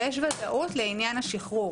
ויש ודאות לעניין השחרור.